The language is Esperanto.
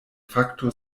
fakto